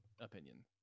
opinion